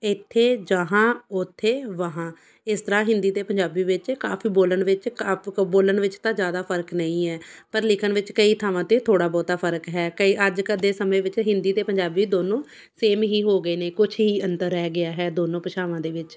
ਇੱਥੇ ਜਹਾਂ ਉੱਥੇ ਵਹਾਂ ਇਸ ਤਰ੍ਹਾਂ ਹਿੰਦੀ ਅਤੇ ਪੰਜਾਬੀ ਵਿੱਚ ਕਾਫ਼ੀ ਬੋਲਣ ਵਿੱਚ ਬੋਲਣ ਵਿੱਚ ਤਾਂ ਜ਼ਿਆਦਾ ਫ਼ਰਕ ਨਹੀਂ ਹੈ ਪਰ ਲਿਖਣ ਵਿੱਚ ਕਈ ਥਾਵਾਂ 'ਤੇ ਥੋੜਾ ਬਹੁਤਾ ਫ਼ਰਕ ਹੈ ਕਈ ਅੱਜ ਦੇ ਸਮੇਂ ਵਿੱਚ ਹਿੰਦੀ ਅਤੇ ਪੰਜਾਬੀ ਦੋਨੋਂ ਸੇਮ ਹੀ ਹੋ ਗਏ ਨੇ ਕੁਝ ਹੀ ਅੰਤਰ ਰਹਿ ਗਿਆ ਹੈ ਦੋਂਨੋ ਭਾਸ਼ਾਵਾਂ ਦੇ ਵਿੱਚ